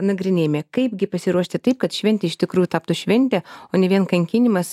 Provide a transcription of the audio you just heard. nagrinėjame kaipgi pasiruošti taip kad šventė iš tikrųjų taptų šventė o ne vien kankinimas